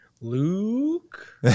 Luke